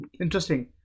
Interesting